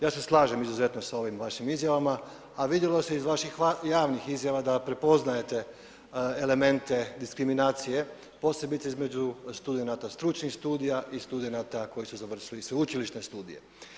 Ja se slažem izuzetno s ovim vašim izmjenama, a vidjelo se iz vaših javnih izjava da prepoznajte elemente diskriminacije, posebice između studenata stručnih studija i studenata koji su završili sveučilišne studije.